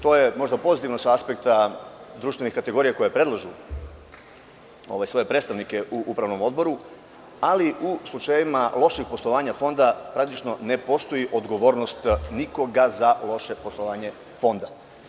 To je možda pozitivno sa aspekta društvene kategorije koja je predložila svoje predstavnike u upravnom odboru, ali u slučajevima lošeg poslovanja Fonda, praktično ne postoji odgovornost nikoga za loše poslovanje Fonda.